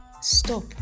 stop